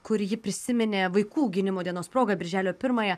kur ji prisiminė vaikų gynimo dienos proga birželio pirmąją